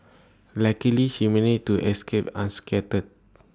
luckily she managed to escape unscathed